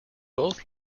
both